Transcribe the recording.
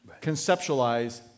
conceptualize